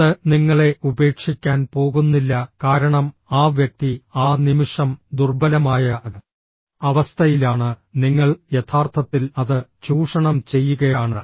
അത് നിങ്ങളെ ഉപേക്ഷിക്കാൻ പോകുന്നില്ല കാരണം ആ വ്യക്തി ആ നിമിഷം ദുർബലമായ അവസ്ഥയിലാണ് നിങ്ങൾ യഥാർത്ഥത്തിൽ അത് ചൂഷണം ചെയ്യുകയാണ്